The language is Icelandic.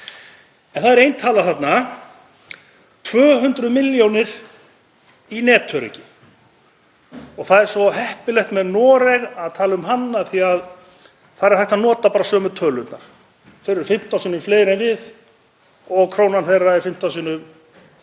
en það er ein tala þarna, 200 milljónir í netöryggi. Það er svo heppilegt með Noreg að tala um hann af því að þar er hægt að nota sömu tölurnar. Þeir eru 15 sinnum fleiri en við og krónan þeirra er 15 sinnum